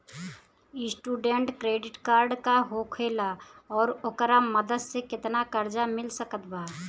Student credit card का होखेला और ओकरा मदद से केतना कर्जा मिल सकत बा?